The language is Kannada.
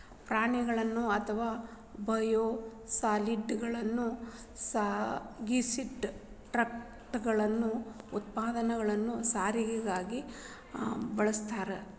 ಪ್ರಾಣಿಗಳನ್ನ ಅಥವಾ ಬಯೋಸಾಲಿಡ್ಗಳನ್ನ ಸಾಗಿಸಿದ ಟ್ರಕಗಳನ್ನ ಉತ್ಪನ್ನಗಳನ್ನ ಸಾಗಿಸಕ ಬಳಸಬಾರ್ದು